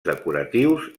decoratius